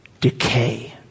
decay